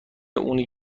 اونی